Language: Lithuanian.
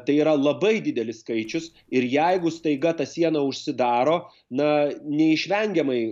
tai yra labai didelis skaičius ir jeigu staiga ta siena užsidaro na neišvengiamai